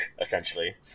essentially